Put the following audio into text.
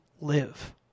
live